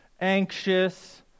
anxious